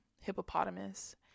hippopotamus